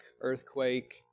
earthquake